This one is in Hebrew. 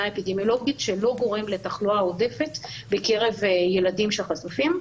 אפידמיולוגית שלא גורם לתחלואה עודפת בקרב ילדים שחשופים,